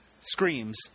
screams